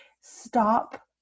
stop